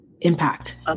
impact